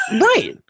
Right